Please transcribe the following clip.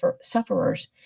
sufferers